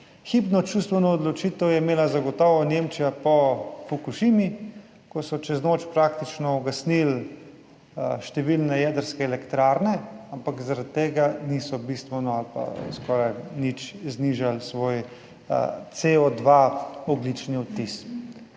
Hipno čustveno odločitev je imela zagotovo Nemčija po Fukušimi, ko so čez noč praktično ugasnili številne jedrske elektrarne, ampak zaradi tega niso bistveno ali pa skoraj nič znižali svojega CO2 ogljičnega odtisa.